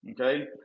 okay